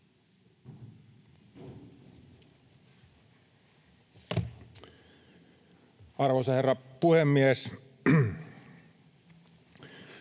Arvoisa herra puhemies!